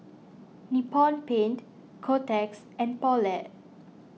Nippon Paint Kotex and Poulet